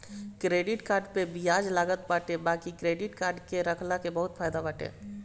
credit card पअ बियाज लागत बाटे बाकी क्क्रेडिट कार्ड के रखला के बहुते फायदा बाटे